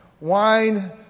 Wine